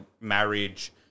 marriage